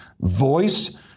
voice